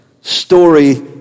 story